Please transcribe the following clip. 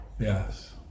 Yes